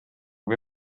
või